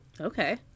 Okay